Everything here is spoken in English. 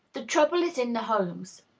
the trouble is in the homes.